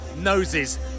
noses